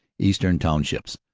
eastern townships,